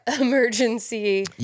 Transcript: emergency